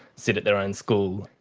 sit at their own school,